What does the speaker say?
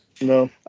No